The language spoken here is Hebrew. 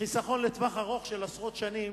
חיסכון לטווח ארוך של עשרות שנים,